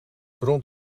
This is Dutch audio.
rond